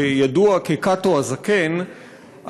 שידוע כקאטו הזקן,